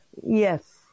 Yes